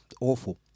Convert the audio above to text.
awful